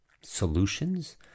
solutions